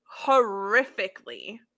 horrifically